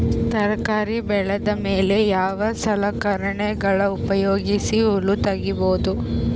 ತರಕಾರಿ ಬೆಳದ ಮೇಲೆ ಯಾವ ಸಲಕರಣೆಗಳ ಉಪಯೋಗಿಸಿ ಹುಲ್ಲ ತಗಿಬಹುದು?